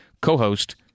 co-host